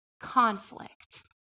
Conflict